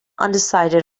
undecided